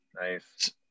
nice